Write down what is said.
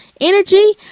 energy